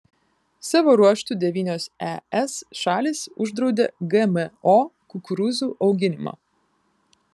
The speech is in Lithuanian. savo ruožtu devynios es šalys uždraudė gmo kukurūzų auginimą